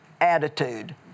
attitude